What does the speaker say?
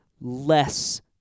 less